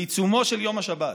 בעיצומו של יום השבת.